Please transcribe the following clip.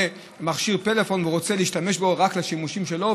מכשיר טלפון ורוצה להשתמש בו רק לשימושים שלו,